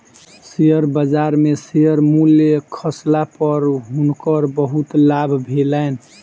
share बजार में share मूल्य खसला पर हुनकर बहुत लाभ भेलैन